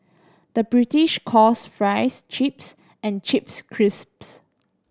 the British calls fries chips and chips crisps